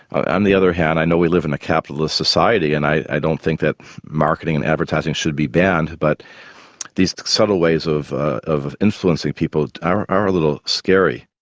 on the other hand i know we live in a capitalist society and i don't think that marketing and advertising should be banned but these subtle ways of ah of influencing people are a little scary.